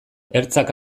ertzak